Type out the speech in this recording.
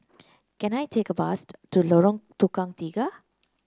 can I take a bus to Lorong Tukang Tiga